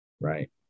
Right